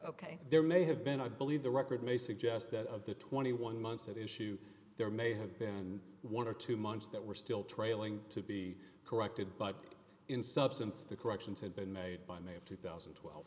ok there may have been i believe the record may suggest that of the twenty one months at issue there may have been one or two months that were still trailing to be corrected but in substance the corrections had been made by may of two thousand and twelve